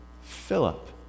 Philip